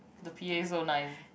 the P_A so nice